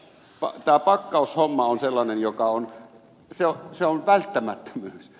tämä pakkaushomma on sellainen joka on välttämättömyys